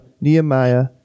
Nehemiah